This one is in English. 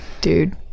Dude